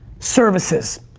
services.